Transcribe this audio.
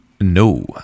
No